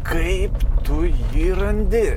kaip tu jį randi